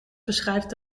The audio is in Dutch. beschrijft